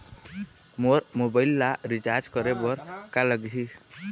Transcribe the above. मोर mobile ला recharge करे बर का लगही?